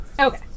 Okay